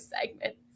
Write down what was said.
segments